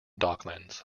docklands